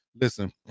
Listen